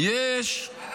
איפה הייתי?